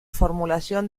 formulación